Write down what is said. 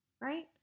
right